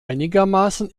einigermaßen